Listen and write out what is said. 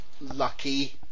lucky